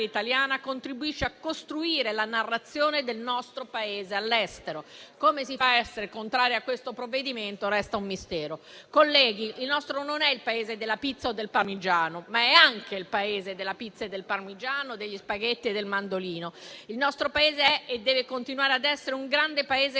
contribuisce a costruire la narrazione del nostro Paese all'estero. Come si faccia ad essere contrari a questo provvedimento resta un mistero. Colleghi, il nostro non è il Paese della pizza o del parmigiano, ma è anche il Paese della pizza e del parmigiano, degli spaghetti e del mandolino. Il nostro Paese è e deve continuare ad essere un grande Paese, capace di